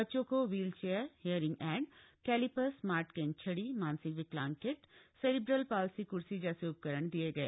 बच्चों को wheel chair hearing aid caliper smart cane छड़ी मानसिक विकलांग किट सेरिब्रल पाल्सी कर्सी जक्षे उपकरण दिये गए